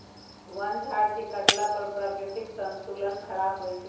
वन झार के काटला पर प्राकृतिक संतुलन ख़राप होइ छइ